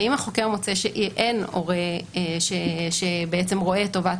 אם החוקר מוצא שאין הורה שרואה את טובת